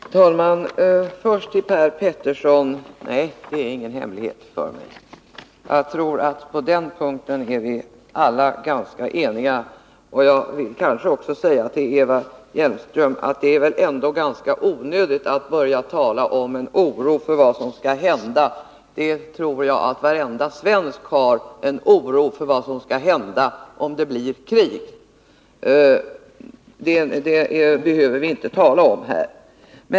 Herr talman! Nej, Per Petersson, det är ingen hemlighet för mig vad utredningarna har sagt. Jag tror att på den punkten är vi nog alla eniga. Till Eva Hjelmström vill jag säga att det väl ändå är ganska onödigt att börja tala om en oro för vad som skall hända. Jag tror att varenda svensk hyser oro för vad som skall hända om det blir krig. Det behöver vi inte tala om här.